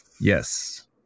Yes